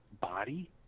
body